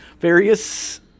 Various